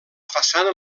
façana